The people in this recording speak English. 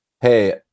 Hey